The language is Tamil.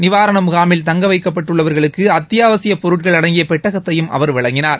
நிவாரண முகாமில் தங்கவைக்கப்பட்டுள்ளவர்களுக்கு அத்தியாவசியப் பொருட்கள் அடங்கிய பெட்டகத்தையும் அவர் வழங்கினார்